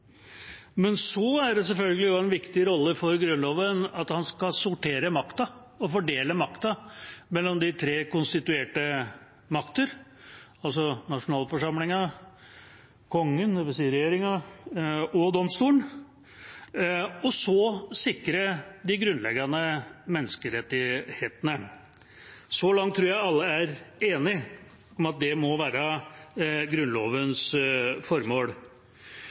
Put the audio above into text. selvfølgelig også en viktig rolle for Grunnloven at den skal sortere makten og fordele den mellom de tre konstituerte makter, altså nasjonalforsamlingen, Kongen, dvs. regjeringa, og domstolene, og sikre de grunnleggende menneskerettighetene. Så langt tror jeg alle er enige om at det må være Grunnlovens formål.